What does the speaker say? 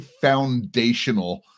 foundational